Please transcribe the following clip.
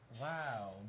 Wow